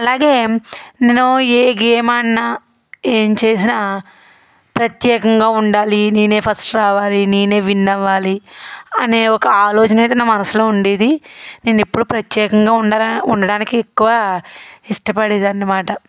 అలాగే నేను ఏ గేమ్ ఆడినా ఏం చేసినా ప్రత్యేకంగా ఉండాలి నేనే ఫస్ట్ రావాలి నేనే విన్ అవ్వాలి అనే ఒక ఆలోచన అయితే నా మనసులో ఉండేది నేను ఎప్పుడు ప్రత్యేకంగా ఉండడానికి ఎక్కువ ఇష్టపడేదాన్నిమాట